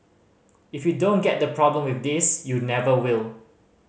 if you don't get the problem with this you never will